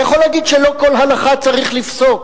אתה יכול להגיד שלא כל הלכה צריך לפסוק,